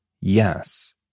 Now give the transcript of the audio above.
yes